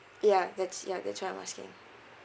ya that's ya that's why I'm asking